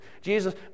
Jesus